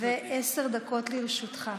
זה עשר דקות לרשותך.